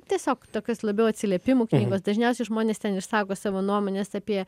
tiesiog tokios labiau atsiliepimų knygos dažniausiai žmonės ten išsako savo nuomones apie